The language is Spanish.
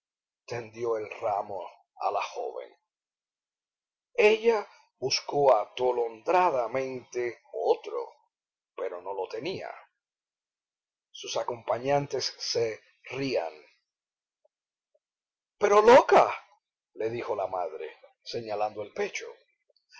tendió el ramo a la joven ella buscó atolondradamente otro pero no lo tenía sus acompañantes se rían pero loca le dijo la madre señalándole el pecho